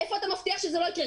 איפה אתה מבטיח שזה לא יקרה?